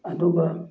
ꯑꯗꯨꯒ